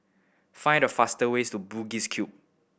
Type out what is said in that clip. find the fastest way to Bugis Cube